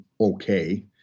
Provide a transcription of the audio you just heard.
okay